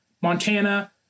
Montana